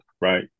Right